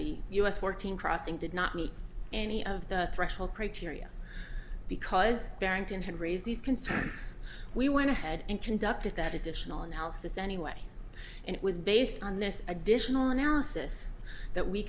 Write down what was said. the us fourteen crossing did not meet any of the threshold criteria because barrington had raise these concerns we went ahead and conducted that additional analysis anyway and it was based on this additional analysis that we